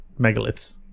megaliths